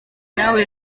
nawe